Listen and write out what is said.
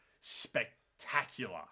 spectacular